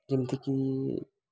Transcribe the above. ଯେମତିକି